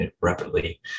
rapidly